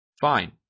Fine